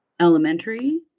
elementary